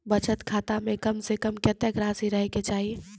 बचत खाता म कम से कम कत्तेक रासि रहे के चाहि?